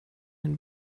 den